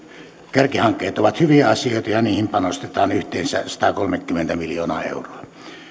kärkihankkeet ovat hyviä asioita ja niihin panostetaan yhteensä satakolmekymmentä miljoonaa euroa